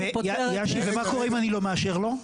יאשי ומה קורה אם אני לא מאשר לו?